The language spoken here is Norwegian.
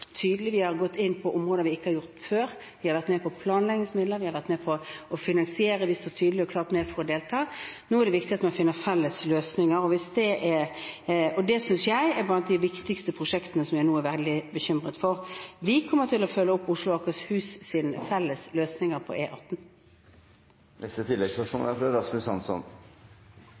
tydelig. Vi har gått inn på områder vi ikke har gjort det på før, vi har vært med når det gjelder planleggingsmidler, vi har vært med på å finansiere, vi er tydelig og klart med for å delta. Nå er det viktig at man finner felles løsninger, og dette synes jeg er blant de viktigste prosjektene, som jeg nå er veldig bekymret for. Vi kommer til å følge opp Oslo og Akershus’ felles løsninger